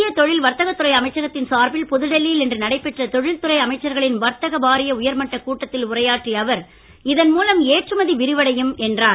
மத்திய தொழில் வர்த்தகத் துறை அமைச்சகத்தின் சார்பில் புதுடில்லியில் இன்று நடைபெற்ற தொழில் துறை அமைச்சர்களின் வர்த்தக வாரிய உயர்மட்டக் கூட்டத்தில் உரையாற்றிய அவர் இதன் மூலம் ஏற்றுமதி விரிவடையும் என்றார்